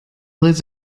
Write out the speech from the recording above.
lives